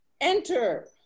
Enter